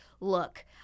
look